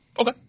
Okay